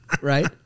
Right